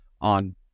on